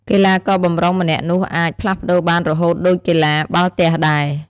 កីឡាករបម្រុងម្នាក់នោះអាច ផ្លាស់ប្ដូរបានរហូតដូចកីឡាបាល់ទះដែរ ។